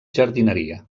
jardineria